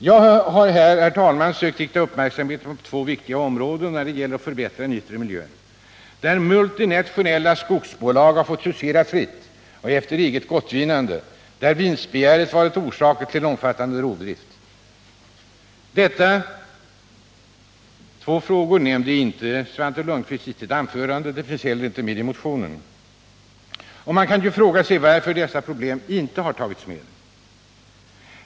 Jag har här, herr talman, då det gäller att förbättra den yttre miljön sökt rikta uppmärksamheten på två viktiga områden, där multinationella skogsbolag har fått husera fritt och efter eget gottfinnande och där vinstbegäret varit orsaken till en omfattande rovdrift. Dessa områden har Svante Lundkvist inte nämnt i sitt anförande och de finns inte heller med i den socialdemokratiska miljövårdsmotionen. Man kan ju fråga sig varför dessa problem inte har tagits med.